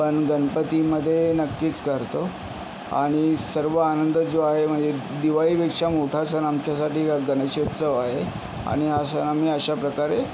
पण गणपतीमध्ये नक्कीच करतो आणि सर्व आनंद जो आहे म्हणजे दिवाळीपेक्षा मोठा सण आमच्यासाठी ग गणेशोत्सव आहे आणि असा आम्ही अशा अशाप्रकारे